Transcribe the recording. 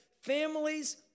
families